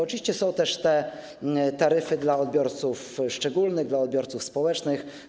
Oczywiście są też taryfy dla odbiorców szczególnych, dla odbiorców społecznych.